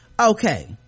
Okay